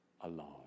alone